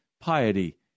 piety